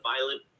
violent